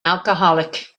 alcoholic